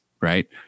right